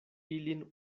ilin